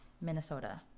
Minnesota